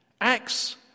Acts